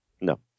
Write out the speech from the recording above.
No